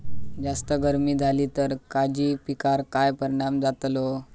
जास्त गर्मी जाली तर काजीच्या पीकार काय परिणाम जतालो?